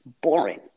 Boring